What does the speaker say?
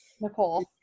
Nicole